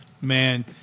man